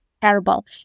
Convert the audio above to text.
terrible